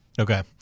Okay